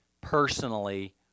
personally